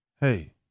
Hey